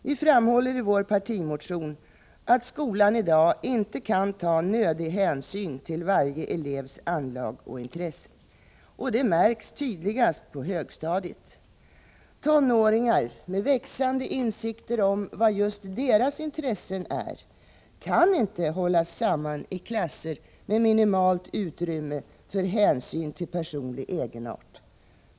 Vi framhåller i vår partimotion att skolan i dag inte kan ta nödig hänsyn till varje elevs anlag och intressen. Det märks tydligast på högstadiet. Tonåringar med växande insikter om vad just deras intressen är kan inte hållas samman i klasser med minimalt utrymme för hänsyn till personlig egenart.